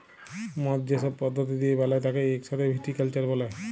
মদ যে সব পদ্ধতি দিয়ে বালায় তাকে ইক সাথে ভিটিকালচার ব্যলে